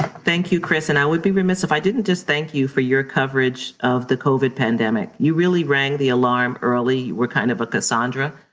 thank you, chris. and i would be remiss if i didn't just thank you for your coverage of the covid pandemic. you really rang the alarm early. you were kind of a cassandra,